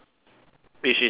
which is my height